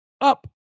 up